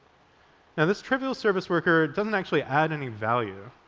and this trivial service worker doesn't actually add any value,